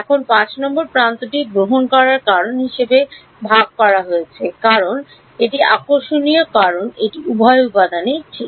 এখন 5 নম্বর প্রান্তটি গ্রহণ করার কারণ হিসাবে ভাগ করা হয়েছে কারণ এটি আকর্ষণীয় কারণ এটি উভয় উপাদানই সঠিক